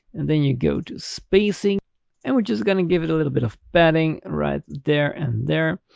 and then you go to spacing and we are just going to give it a little bit of padding right there and there.